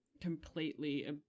completely